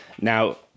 Now